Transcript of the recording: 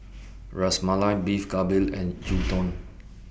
Ras Malai Beef Galbi and Gyudon